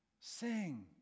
sing